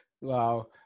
wow